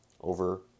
over